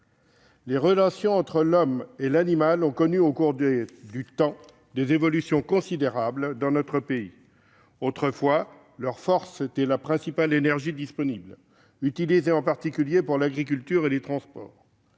Les relations entre l'homme et l'animal ont connu au cours du temps des évolutions considérables dans notre pays. Autrefois, la force des animaux était la principale énergie disponible, en particulier pour l'agriculture et les transports.